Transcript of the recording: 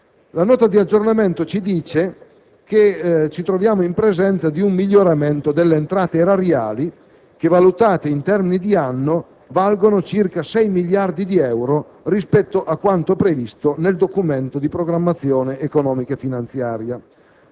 La Nota ci dice che ci troviamo in presenza di un miglioramento delle entrate erariali che, valutate in termini di anno, valgono circa 6 miliardi di euro rispetto a quanto previsto nel Documento di programmazione economico-finanziaria;